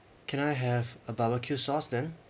can I have a barbecue sauce then